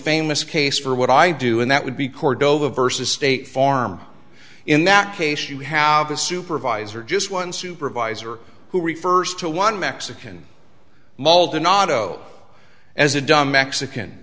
famous case for what i do and that would be cordova versus state farm in that case you have a supervisor just one supervisor who refers to one mexican mulder nodded oh as a dumb mexican